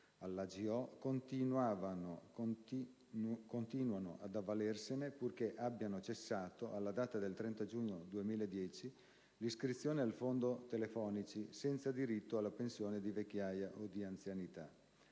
continuano ad avvalersene purché abbiano cessato, alla data del 30 giugno 2010, l'iscrizione al fondo, telefonici senza diritto alla pensione di vecchiaia o di anzianità.